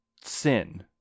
sin